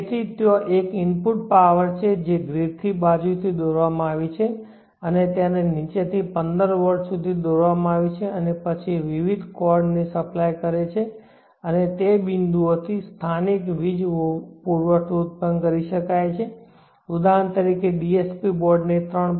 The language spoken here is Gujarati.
તેથી ત્યાં એક ઇનપુટ પાવર છે જે ગ્રીડ બાજુથી દોરવામાં આવી છે અને તેને નીચેથી 15 વોલ્ટ સુધી દોરવામાં આવી છે અને પછી વિવિધ કોર્ડ ને સપ્લાય કરે છે અને તે બિંદુઓથી સ્થાનિક વીજ પુરવઠો ઉત્પન્ન થાય છે ઉદાહરણ તરીકે DSP બોર્ડને 3